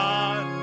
God